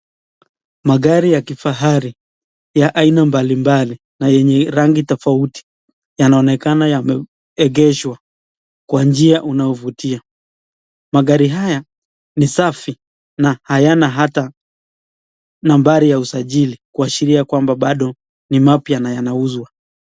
Magari ya kifahari ya aina mbalimbali na yenye rangi tofauti yanaonekana yameegeshwa kwa njia unaovutia. Magari haya ni safi na hayana ata nambari ya usajili kuashiria kwamba bado ni mapya na yanauzwa.